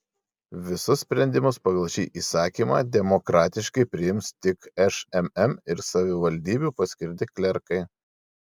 visus sprendimus pagal šį įsakymą demokratiškai priims tik šmm ir savivaldybių paskirti klerkai